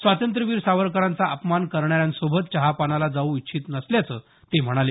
स्वातंत्र्यवीर सावरकरांचा अपमान करणाऱ्यांसोबत चहापानाला जाऊ इच्छित नसल्याचं ते म्हणाले